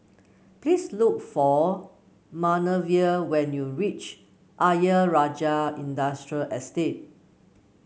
please look for Manervia when you reach Ayer Rajah Industrial Estate